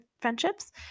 friendships